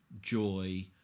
joy